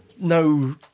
No